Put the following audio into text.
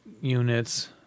units